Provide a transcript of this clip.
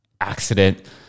accident